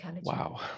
Wow